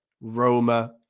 Roma